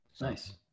nice